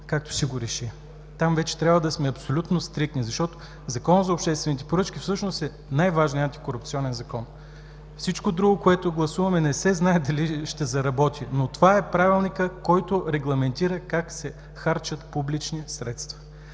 както реши. Там вече трябва да сме абсолютно стриктни, защото Законът за обществените поръчки всъщност е най-важният корупционен закон. Всичко друго, което гласуваме, не се знае дали ще заработи, но това е правилникът, който регламентира как се харчат публични средства.